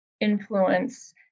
influence